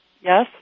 yes